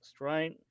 right